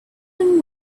than